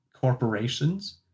corporations